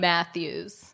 Matthews